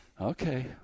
Okay